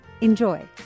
Enjoy